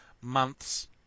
months